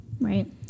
Right